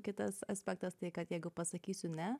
kitas aspektas tai kad jeigu pasakysiu ne